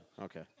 Okay